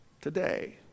today